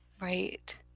Right